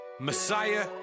Messiah